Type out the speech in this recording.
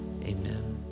amen